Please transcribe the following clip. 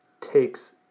takes